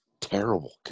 terrible